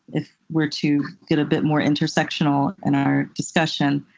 if we're to get a bit more intersectional in our discussion.